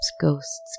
ghosts